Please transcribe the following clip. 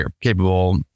capable